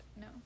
no